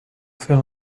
faire